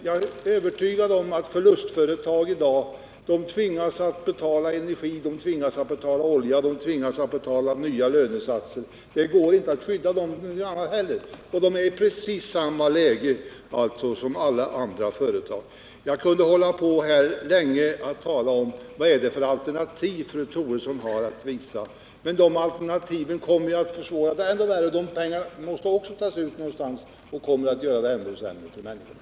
Jag är övertygad om att förlustföretag i dag tvingas att betala energi, olja och nya lönesatser. Det går inte att skydda ' dem, utan de är i precis samma läge som alla andra företag. Jag kunde tala länge om det alternativ som fru Troedsson har att visa upp? Dessa alternativ skulle också kosta pengar som måste tas någonstans, och det skulle bli ännu sämre för människorna.